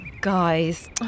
Guys